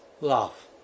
love